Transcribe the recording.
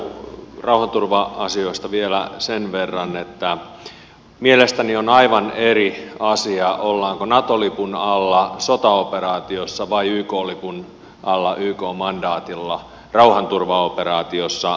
kehitysyhteistyö ja rauhanturva asioista vielä sen verran että mielestäni on aivan eri asia ollaanko nato lipun alla sotaoperaatiossa vai yk lipun alla yk mandaatilla rauhanturvaoperaatiossa